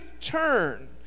turn